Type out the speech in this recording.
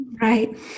Right